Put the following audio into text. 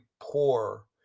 poor